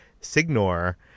Signor